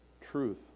truth